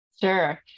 Sure